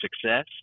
success